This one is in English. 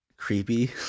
Creepy